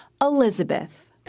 Elizabeth